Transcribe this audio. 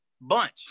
bunch